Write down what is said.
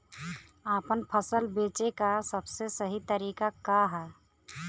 आपन फसल बेचे क सबसे सही तरीका का ह?